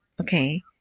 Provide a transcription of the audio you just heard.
okay